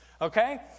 okay